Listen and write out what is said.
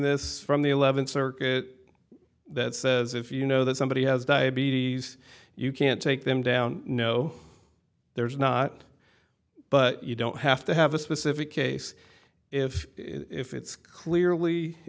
this from the eleventh circuit that says if you know that somebody has diabetes you can't take them down no there's not but you don't have to have a specific case if if it's clearly